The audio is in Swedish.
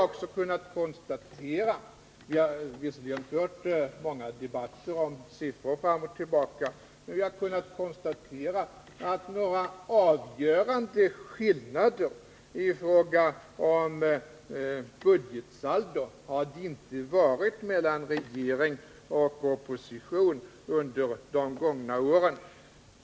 Efter att ha lyssnat till många debatter om siffror, fram och tillbaka, har vi vidare kunnat konstatera att några avgörande skillnader i fråga om budgetsaldot inte har förelegat mellan regeringen och oppositionen under de gångna åren.